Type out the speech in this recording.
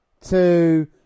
Two